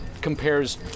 compares